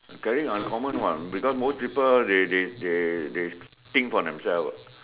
okay uncommon what because most people they they they they think for themselves what